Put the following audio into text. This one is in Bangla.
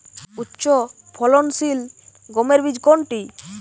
উচ্চফলনশীল গমের বীজ কোনটি?